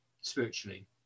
spiritually